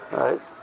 right